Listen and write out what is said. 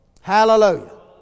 Hallelujah